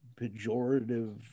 pejorative